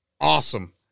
Awesome